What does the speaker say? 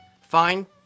fine